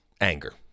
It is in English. anger